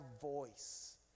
voice